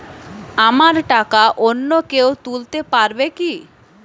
আমার টাকা অন্য কেউ তুলতে পারবে কি?